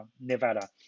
Nevada